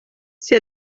sie